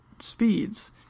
speeds